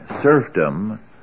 Serfdom